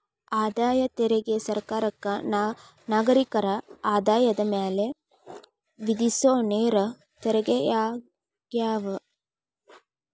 ಆದಾಯ ತೆರಿಗೆ ಸರ್ಕಾರಕ್ಕ ನಾಗರಿಕರ ಆದಾಯದ ಮ್ಯಾಲೆ ವಿಧಿಸೊ ನೇರ ತೆರಿಗೆಯಾಗ್ಯದ